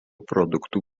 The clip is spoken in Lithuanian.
produktų